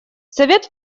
совет